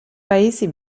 paesi